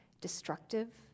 destructive